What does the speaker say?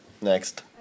next